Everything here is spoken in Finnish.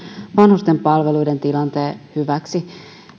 vanhusten palveluiden tilanteen hyväksi